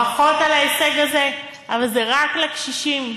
ברכות על ההישג הזה, אבל זה רק לקשישים.